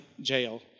Jail